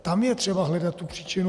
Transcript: Tam je třeba hledat tu příčinu.